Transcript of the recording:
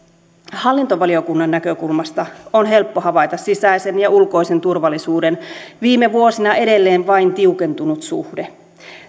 hallintovaliokunnan näkökulmasta on helppo havaita sisäisen ja ulkoisen turvallisuuden viime vuosina edelleen vain tiukentunut suhde